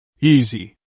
Easy